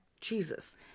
Jesus